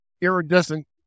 iridescent